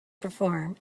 perform